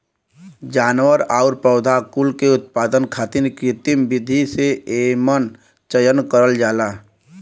जानवर आउर पौधा कुल के उत्पादन खातिर कृत्रिम विधि से एमन चयन करल जाला